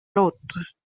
lootust